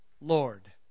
Lord